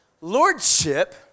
lordship